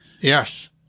Yes